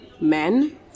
men